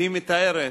היא מתארת,